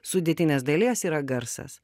sudėtinės dalies yra garsas